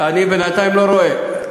אני בינתיים לא רואה.